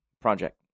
Project